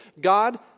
God